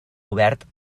obert